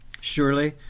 Surely